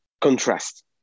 contrast